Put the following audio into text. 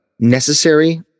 necessary